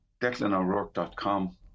DeclanO'Rourke.com